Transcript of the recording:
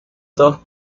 dos